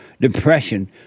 depression